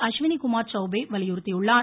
அஷ்வினிகுமார் சௌபே வலியுறுத்தியுள்ளார்